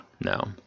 No